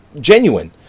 genuine